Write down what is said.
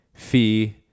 Fee